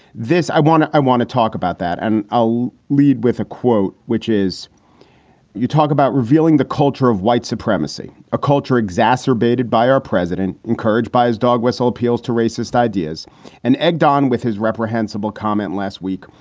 this i want to i want to talk about that. and i'll lead with a quote, which is you talk about revealing the culture of white supremacy, a culture exacerbated by our president, encouraged by his dog whistle, appeals to racist ideas and egged on with his reprehensible comment last week,